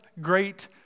great